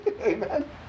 Amen